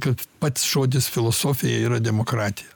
kad pats žodis filosofija yra demokratija